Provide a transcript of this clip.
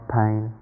pain